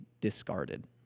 discarded